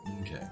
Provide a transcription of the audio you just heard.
Okay